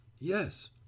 yes